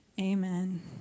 amen